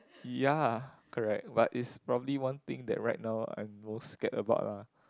ya correct but is probably one thing that right now I'm most scared about lah